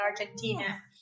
Argentina